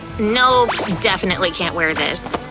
nope, definitely can't wear this.